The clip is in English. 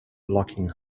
locking